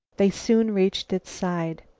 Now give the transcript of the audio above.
they soon reached its side.